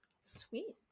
sweet